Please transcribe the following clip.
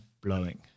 blowing